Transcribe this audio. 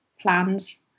plans